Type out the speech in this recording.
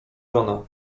żona